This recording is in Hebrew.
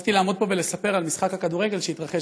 חשבתי לעמוד פה ולספר על משחק הכדורגל שהתרחש